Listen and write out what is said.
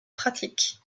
pratique